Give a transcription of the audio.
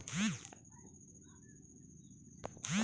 మనం దాచిన దుడ్డుకి సమయానికి వడ్డీ ఈ మునిసిపల్ బాండ్ల వల్ల పొందొచ్చు